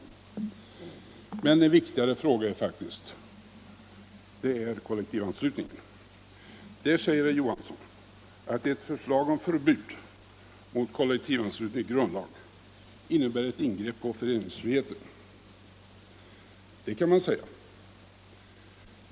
Men en viktigare fråga är faktiskt kollektivanslutningen. Där säger herr Johansson i Trollhättan att ett förslag om förbud i grundlagen mot kollektivanslutning innebär ett ingrepp i föreningsfriheten. Det kan man säga.